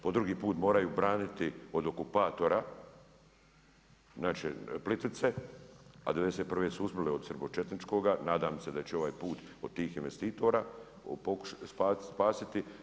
Po drugi put moraju braniti od okupatora, znači Plitvice, a 91' su uspjele od četničkoga, nadam se da će ovaj put od tih investitora pokušati spasiti.